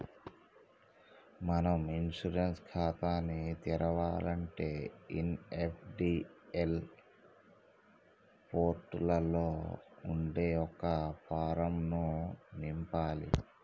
మనం ఇన్సూరెన్స్ ఖాతాని తెరవాలంటే ఎన్.ఎస్.డి.ఎల్ పోర్టులలో ఉండే ఒక ఫారం ను నింపాలి